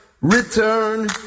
return